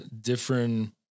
different